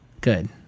Good